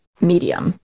medium